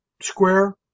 square